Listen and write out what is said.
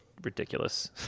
ridiculous